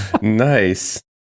Nice